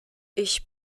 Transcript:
ich